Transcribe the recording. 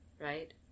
right